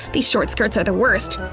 these short skirts are the worst!